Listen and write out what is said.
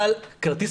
אבל, כרטיס